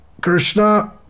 Krishna